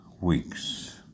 weeks